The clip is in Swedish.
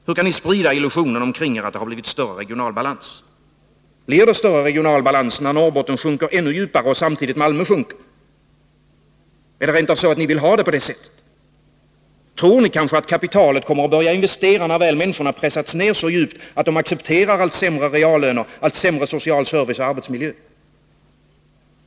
Hur kan ni sprida illusionen kring er att det har blivit större regional balans, när Norrbotten sjunker ännu djupare och samtidigt Malmö sjunker? Är det rent av så att ni vill ha det på det sättet? Tror ni kanske att kapitalet börjar investera när människorna pressats ned så djupt att de accepterar allt sämre reallöner, allt sämre social service och arbetsmiljö?